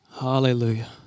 Hallelujah